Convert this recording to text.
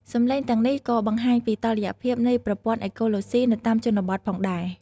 សំឡេងទាំងនេះក៏បង្ហាញពីតុល្យភាពនៃប្រព័ន្ធអេកូឡូស៊ីនៅតាមជនបទផងដែរ។